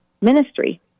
ministry